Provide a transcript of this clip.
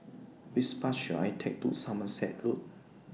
Which Bus should I Take to Somerset Road